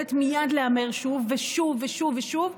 ביכולת מייד להמר שוב ושוב ושוב ושוב,